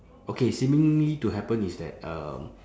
okay seemingly to happen is that um